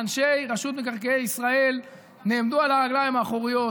ואנשי רשות מקרקעי ישראל נעמדו על הרגליים האחוריות,